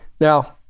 Now